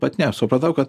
bet ne supratau kad